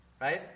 Right